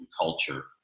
culture